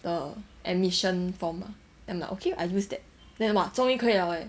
the admission form ah then I'm like okay I use that then !wah! 终于可以 liao leh